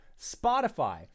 Spotify